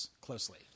closely